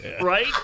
Right